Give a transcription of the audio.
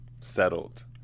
settled